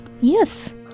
Yes